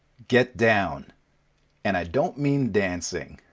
get down and i don't mean dancing.